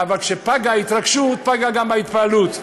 אבל כשפגה ההתרגשות פגה גם ההתפעלות.